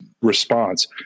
response